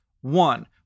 One